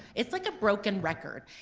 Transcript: it's like a broken record,